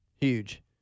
huge